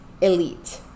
elite